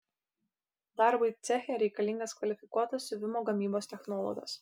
darbui ceche reikalingas kvalifikuotas siuvimo gamybos technologas